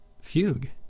fugue